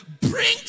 bring